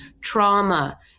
trauma